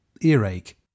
earache